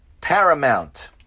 paramount